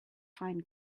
find